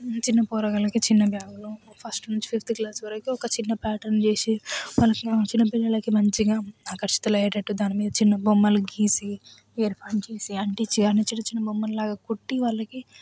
చిన్న పోరగాళ్ళకి చిన్న బ్యాగులు ఫస్ట్ నుంచి ఫిఫ్త్ క్లాస్ వరకు ఒక చిన్న ప్యాట్రన్ చేసి వాళ్ళకి మనం చిన్న పిల్లలకి మంచిగా ఆకర్షితులయ్యేటట్టు దాని మీద చిన్న బొమ్మలు గీసి ఏర్పాటు చేసి అంటే అంటే చిన్న చిన్న బొమ్మలులాగ కుట్టి వాళ్ళకి